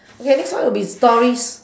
okay next one will be stories